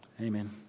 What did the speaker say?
Amen